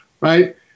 right